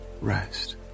Rest